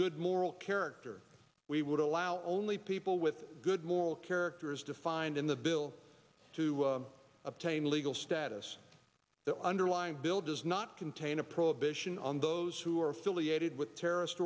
good moral character we would allow only people with good moral character as defined in the bill to obtain legal status the underlying bill does not contain a prohibition on those who are affiliated with terrorist